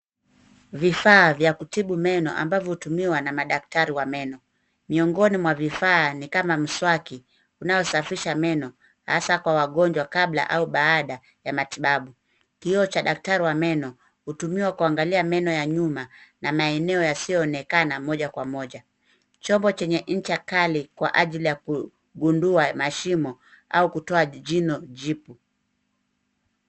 Vifaa vya kutibu meno ambavyo hutumiwa na madaktari wa meno. Miongoni mwa vifaa ni kama mswaki unaosafisha meno hasa kwa wagonjwa kabla au baada ya matibabu, kioo cha daktari wa meno hutumiwa kuangalia meno ya nyuma na maeneo yasiyoonekana moja kwa moja, chombo chenye ncha kali kwa ajili ya kugundua mashimo au kutoa jino jipu.